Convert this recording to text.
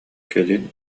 кэлин